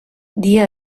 dia